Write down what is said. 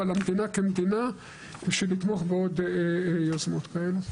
אבל המדינה כמדינה בשביל לתמוך בעוד יוזמות כאלו.